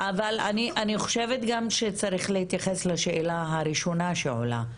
אבל אני חושבת שצריך גם להתייחס לשאלה הראשונה שעולה,